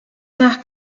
nach